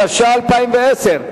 התש"ע 2010,